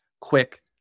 quick